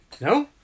No